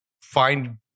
find